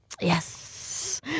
Yes